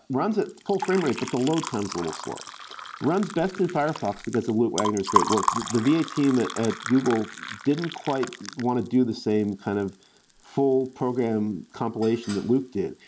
runs at full-frame rate, but the load time is a little slow. it runs best in firefox because of luke wagner s great work. the the va yeah team at at google didn't quite want to do the same kind of full program compilation that luke did.